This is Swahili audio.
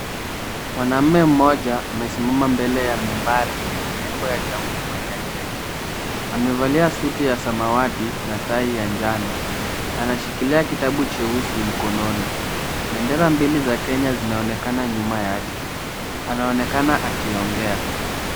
Mwanaume mmoja amesimama mbele ya membari yenye nembo ya jamhuri ya Kenya. Amevalia suti ya samawati na tai ya njano. Anashikilia kitabu cheusi mkononi. Bendera mbili za Kenya zinaonekana nyuma yake. Anaonekana akiongea.